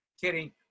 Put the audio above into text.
Kidding